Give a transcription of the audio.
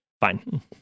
Fine